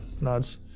nods